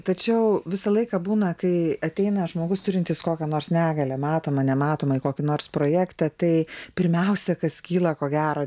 tačiau visą laiką būna kai ateina žmogus turintis kokią nors negalią matomą nematomą į kokį nors projektą tai pirmiausia kas kyla ko gero